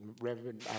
Reverend